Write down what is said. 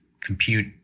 compute